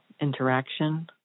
interaction